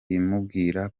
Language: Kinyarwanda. imubwira